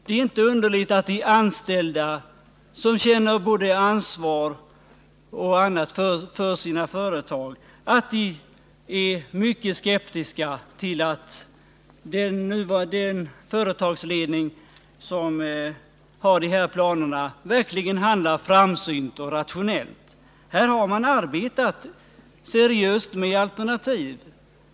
Det är inte som känner ansvar för sina företa underligt att de anställda skeptiska till att den företagsledning som har sådana här planer verkligen handlar framsynt och rationellt.